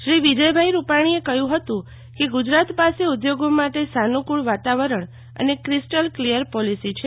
શ્રી વિજયભાઈ રૂપાણીએ કહ્યું હતું કે ગુજરાત પાસે ઉઘોગો માટે સાનુકૂળ વાતાવરણ અને ક્રિસ્ટલ ક્લિયર પોલીસી છે